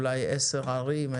אולי 10 ערים,